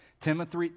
Timothy